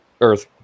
Earth